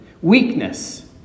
Weakness